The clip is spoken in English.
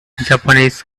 japanese